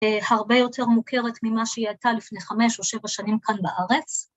הרבה יותר מוכרת ממה שהיא הייתה לפני חמש או שבע שנים כאן בארץ.